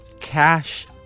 cash